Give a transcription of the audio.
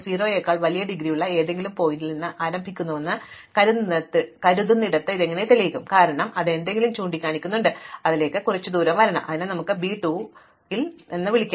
ഇപ്പോൾ 0 നെക്കാൾ വലിയ ഡിഗ്രി ഉള്ള ഏതെങ്കിലും ശീർഷകത്തിൽ നിന്ന് ആരംഭിക്കുന്നുവെന്ന് കരുതുന്നിടത്ത് ഇത് എങ്ങനെ തെളിയിക്കും കാരണം അതിൽ എന്തെങ്കിലും ചൂണ്ടിക്കാണിക്കുന്നുണ്ട് അതിന് അതിലേക്ക് കുറച്ച് ദൂരം വരണം അതിനാൽ നമുക്ക് b 2 ൽ വിളിക്കാം